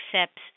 accepts